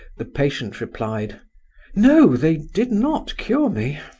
the patient replied no, they did not cure me.